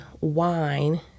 wine